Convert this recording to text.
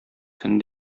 көн